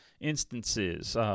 instances